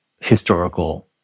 historical